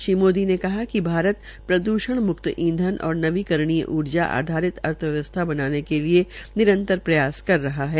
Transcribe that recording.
श्री मोदी ने कहा कि प्रद्षण मुक्त इंधन और नवीकरणीय ऊर्जा आधारित अर्थव्यवसथा कायम करने के लिये निरंतर प्रयास कर रहा है